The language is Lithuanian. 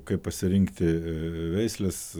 kaip pasirinkti veisles